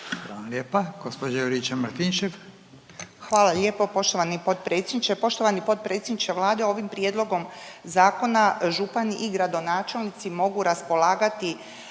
Natalija (Reformisti)** Hvala lijepo poštovani potpredsjedniče. Poštovani potpredsjedniče Vlade ovim prijedlogom zakona župani i gradonačelnici mogu raspolagati